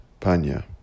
Panya